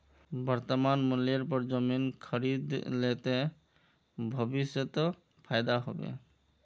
वर्तमान मूल्येर पर जमीन खरीद ले ते भविष्यत फायदा हो बे